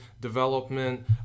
development